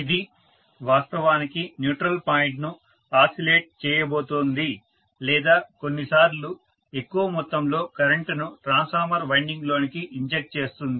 ఇది వాస్తవానికి neutral point ను ఆసిలేట్ చేయబోతోంది లేదా కొన్నిసార్లు ఎక్కువ మొత్తంలో కరెంటును ట్రాన్స్ఫార్మర్ వైండింగ్ లోనికి ఇంజెక్ట్ చేస్తుంది